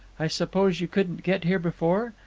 i suppose you couldn't get here before.